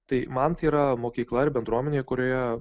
tai man tai yra mokykla ir bendruomenė kurioje